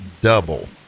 double